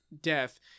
death